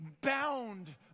bound